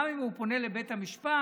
גם אם הוא פונה לבית המשפט.